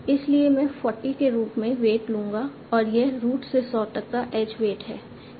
इसलिए मैं 40 के रूप में वेट लूंगा और यह रूट से सॉ तक का एज वेट है